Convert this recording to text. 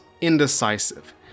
indecisive